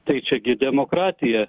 tai čia gi demokratija